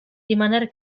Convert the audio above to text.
rimaner